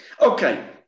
Okay